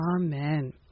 amen